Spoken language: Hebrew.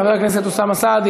חבר הכנסת אוסאמה סעדי,